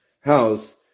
house